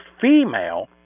female